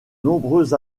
nombreuses